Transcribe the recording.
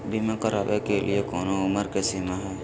बीमा करावे के लिए कोनो उमर के सीमा है?